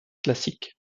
classique